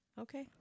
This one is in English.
Okay